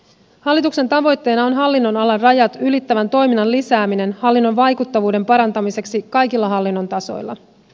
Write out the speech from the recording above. hallituksen tavoitteena on hallinnonalarajat ylittävän toiminnan lisääminen hallinnon vaikuttavuuden parantamiseksi kaikilla hallinnon tasoilla